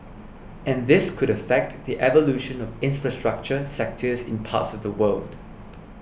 and this could affect the evolution of infrastructure sectors in parts of the world